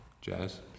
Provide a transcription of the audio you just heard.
jazz